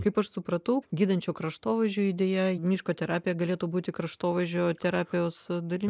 kaip aš supratau gydančio kraštovaizdžio idėja miško terapija galėtų būti kraštovaizdžio terapijos dalim